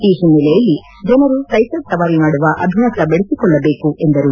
ಈ ಹಿನ್ನೆಲೆಯಲ್ಲಿ ಜನರು ಸೈಕಲ್ ಸವಾರಿ ಮಾಡುವ ಅಭ್ಯಾಸ ಬೆಳಸಿಕೊಳ್ಳಬೇಕು ಎಂದರು